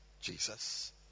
Jesus